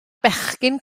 bechgyn